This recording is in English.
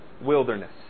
Wilderness